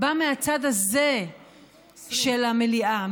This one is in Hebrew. בא מהצד הזה של המליאה,